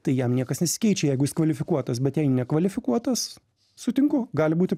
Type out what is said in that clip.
tai jam niekas nesikeičia jeigu jis kvalifikuotas bet jei nekvalifikuotas sutinku gali būti